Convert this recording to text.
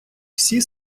всі